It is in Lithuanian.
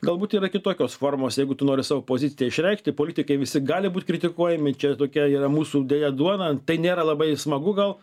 galbūt yra kitokios formos jeigu tu nori savo poziciją išreikšti politikai visi gali būt kritikuojami čia tokia yra mūsų deja duona tai nėra labai smagu gal